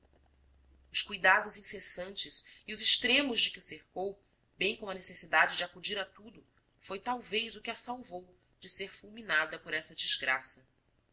os cuidados incessantes e os extremos de que o cercou bem como a necessidade de acudir a tudo foi talvez o que a salvou de ser fulminada por essa des graça